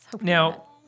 now